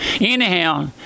anyhow